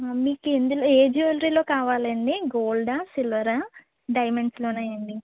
మీకు ఇందులో ఏ జ్యూవలరీలో కావాలండి గోల్డా సిల్వరా డైమండ్స్లోనా అండి